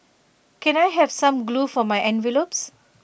can I have some glue for my envelopes